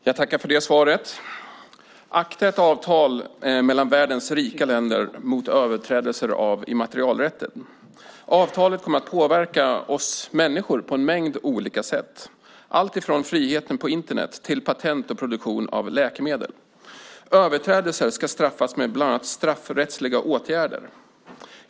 Fru talman! Jag tackar för svaret. ACTA är ett avtal mellan världens rika länder och gäller överträdelser av immaterialrätten. Avtalet kommer att påverka oss människor på en mängd olika sätt, alltifrån friheten på Internet till patent och produktion av läkemedel. Överträdelser ska bestraffas, bland annat ska straffrättsliga åtgärder vidtas.